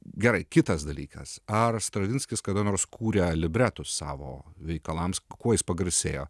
gerai kitas dalykas ar stravinskis kada nors kūrė libretus savo veikalams kuo jis pagarsėjo